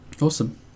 awesome